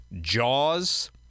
Jaws